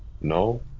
No